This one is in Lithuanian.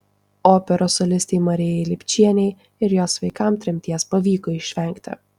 operos solistei marijai lipčienei ir jos vaikams tremties pavyko išvengti